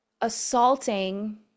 assaulting